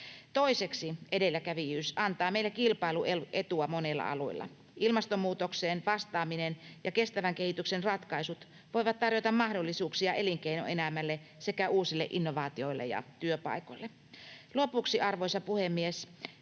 Toiseksi, edelläkävijyys antaa meille kilpailuetua monilla alueilla. Ilmastonmuutokseen vastaaminen ja kestävän kehityksen ratkaisut voivat tarjota mahdollisuuksia elinkeinoelämälle sekä uusille innovaatioille ja työpaikoille.